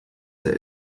der